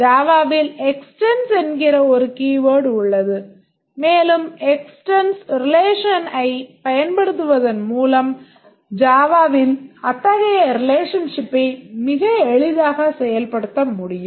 ஜாவாவில் extends என்கிற ஒரு keyword உள்ளது மேலும் extends relation ஐப் பயன்படுத்துவதன் மூலம் ஜாவாவில் அத்தகைய ரெலஷன்ஷிப்பை மிக எளிதாக செயல்படுத்த முடியும்